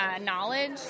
Knowledge